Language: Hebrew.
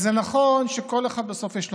זה נכון שבסוף לכל אחד יש פגמים,